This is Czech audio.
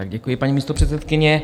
Děkuji, paní místopředsedkyně.